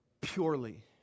purely